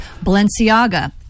Balenciaga